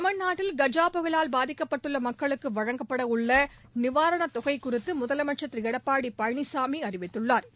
தமிழ்நாட்டில் கஜா புயவால் பாதிக்கப்பட்டுள்ள மக்களுக்கு வழங்கப்பட உள்ள நிவாரணத் தொகை குறித்து முதலமைச்சா் திரு எடப்பாடி பழனிச்சாமி அறிவித்துள்ளாா்